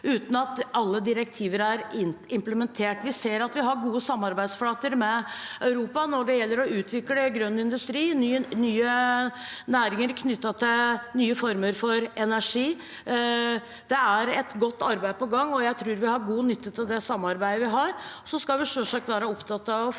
uten at alle direktiver er implementert. Vi ser at vi har gode samarbeidsflater med Europa når det gjelder å utvikle grønn industri og nye næringer knyttet til nye former for energi. Det er et godt arbeid på gang, og jeg tror vi har god nytte av det samarbeidet vi har. Og så skal vi selvsagt være opptatt av å